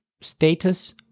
status